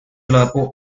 俱乐部